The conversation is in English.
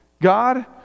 God